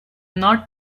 not